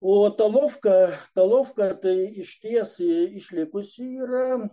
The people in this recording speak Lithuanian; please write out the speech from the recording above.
o tomovka talovka tai išties išlikusi yra